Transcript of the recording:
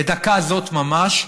בדקה זאת ממש,